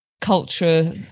culture